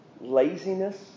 laziness